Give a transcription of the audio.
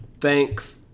Thanks